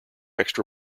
extra